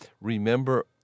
Remember